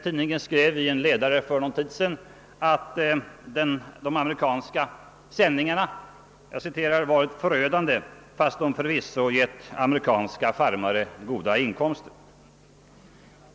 Tidningen skrev i en ledare för någon tid sedan att de amerikanska sändningarna »varit förödande, fastän de förvisso givit amerikanska farmare goda inkomster».